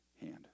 hand